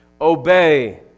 Obey